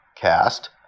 cast